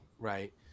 Right